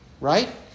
right